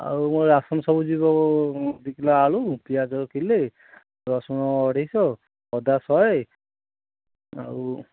ଆଉ ରାସନ ସବୁ ଯିବ ଦୁଇ କିଲୋ ଆଳୁ ପିଆଜ କିଲୋ ରସୁଣ ଅଢ଼େଇଶି ଶହ ଅଦା ଶହେ ଆଉ